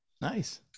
Nice